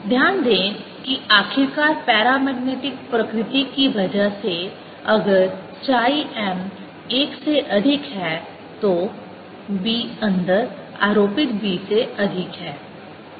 ध्यान दें कि आखिरकार पैरामैग्नेटिक प्रकृति की वजह से अगर chi m एक से अधिक है तो b अंदर आरोपित b से अधिक है